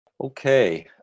Okay